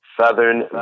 Southern